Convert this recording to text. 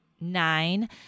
Nine